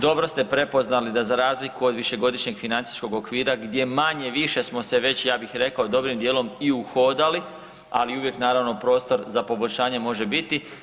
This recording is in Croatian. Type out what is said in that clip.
Dobro ste prepoznali da za razliku od višegodišnjeg financijskog okvira gdje manje-više smo se već ja bih rekao dobrim dijelom i uhodali, ali uvijek naravno prostor za poboljšanje može biti.